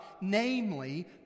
namely